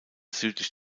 südlich